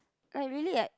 like really